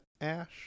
ash